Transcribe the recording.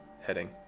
heading